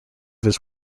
his